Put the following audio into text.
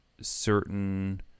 certain